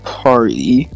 party